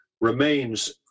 remains